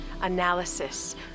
analysis